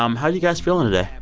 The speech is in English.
um how you guys feeling today?